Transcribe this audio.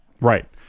Right